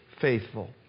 faithful